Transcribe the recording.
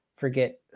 Forget